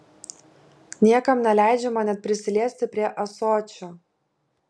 niekam neleidžiama net prisiliesti prie ąsočio